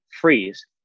freeze